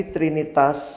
Trinitas